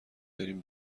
بریم